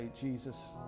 Jesus